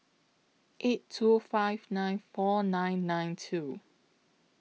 eight two five nine four nine nine two